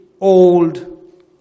old